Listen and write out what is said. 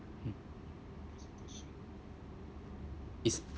hmm it's